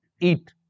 eat